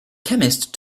chemist